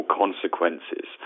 consequences